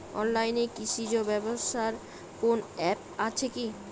অনলাইনে কৃষিজ ব্যবসার কোন আ্যপ আছে কি?